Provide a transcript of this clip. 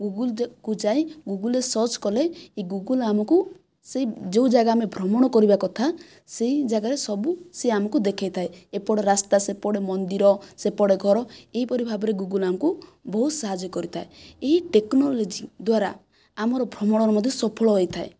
Google କୁ ଯାଇ ଗୁଗଲ୍ରେ ସର୍ଚ୍ଚ କଲେ ଏହି ଗୁଗଲ୍ ଆମକୁ ସେହି ଯେଉଁ ଯାଗା ଆମେ ଭ୍ରମଣ କରିବା କଥା ସେହି ଯାଗା ସବୁ ସେ ଆମକୁ ଦେଖାଇଥାଏ ଏପଟ ରାସ୍ତା ସେପଟେ ମନ୍ଦିର ସେପଟେ ଘର ଏହିପରି ଭାବରେ ଗୁଗଲ୍ ଆମକୁ ବହୁତ ସାହାଯ୍ୟ କରିଥାଏ ଏହି ଟେକ୍ନୋଲୋଜି ଦ୍ୱାରା ଆମର ଭ୍ରମଣର ମଧ୍ୟ ସଫଳ ହୋଇଥାଏ